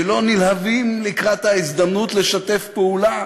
שלא נלהבים לקראת ההזדמנות לשתף פעולה,